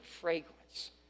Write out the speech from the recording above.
fragrance